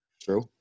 True